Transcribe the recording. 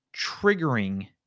triggering